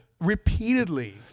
repeatedly